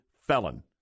felon